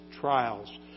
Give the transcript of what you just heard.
trials